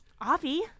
Avi